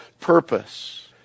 purpose